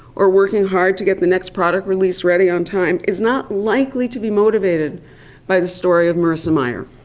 or working hard to get the next product release ready on time is not likely to be motivated by the story of marissa mayer.